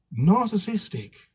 Narcissistic